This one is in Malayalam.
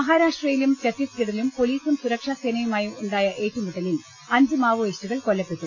മഹരാഷ്ട്രയിലും ഛത്തീസ്ഗഢിലും പൊലിസും സുരക്ഷാ സേനയുമായി ഉണ്ടായ ഏറ്റുമുട്ടലിൽ അഞ്ച് മാവോയിസ്റ്റുകൾ കൊല്ലപ്പെട്ടു